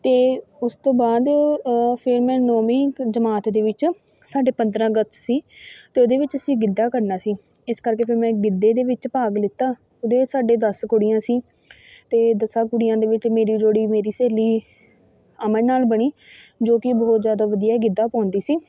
ਅਤੇ ਉਸ ਤੋਂ ਬਾਅਦ ਫਿਰ ਮੈਂ ਨੌਵੀਂ ਕੁ ਜਮਾਤ ਦੇ ਵਿੱਚ ਸਾਡੇ ਪੰਦਰ੍ਹਾਂ ਅਗਸਤ ਸੀ ਅਤੇ ਉਹਦੇ ਵਿੱਚ ਅਸੀਂ ਗਿੱਧਾ ਕਰਨਾ ਸੀ ਇਸ ਕਰਕੇ ਫਿਰ ਮੈਂ ਗਿੱਧੇ ਦੇ ਵਿੱਚ ਭਾਗ ਲਿੱਤਾ ਉਹਦੇ ਵਿੱਚ ਸਾਡੇ ਦਸ ਕੁੜੀਆਂ ਸੀ ਅਤੇ ਦਸਾਂ ਕੁੜੀਆਂ ਦੇ ਵਿੱਚ ਮੇਰੀ ਜੋੜੀ ਮੇਰੀ ਸਹੇਲੀ ਅਮਨ ਨਾਲ ਬਣੀ ਜੋ ਕਿ ਬਹੁਤ ਜ਼ਿਆਦਾ ਵਧੀਆ ਗਿੱਧਾ ਪਾਉਂਦੀ ਸੀ